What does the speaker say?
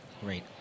Great